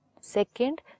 Second